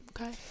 Okay